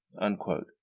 unquote